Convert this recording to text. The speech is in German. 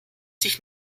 sich